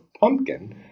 pumpkin